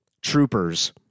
troopers